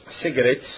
cigarettes